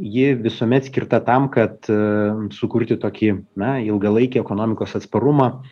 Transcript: ji visuomet skirta tam kad sukurti tokį na ilgalaikį ekonomikos atsparumą